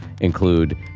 include